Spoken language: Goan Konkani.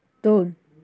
दोन